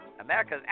America's